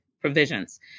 provisions